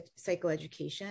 psychoeducation